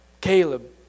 Caleb